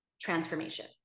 transformation